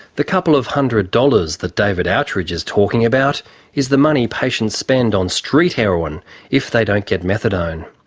the couple of hundred dollars that david outridge is talking about is the money that patients spend on street heroin if they don't get methadone.